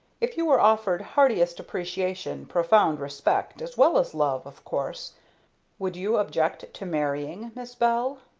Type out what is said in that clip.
if you were offered heartiest appreciation, profound respect, as well as love, of course would you object to marrying, miss bell?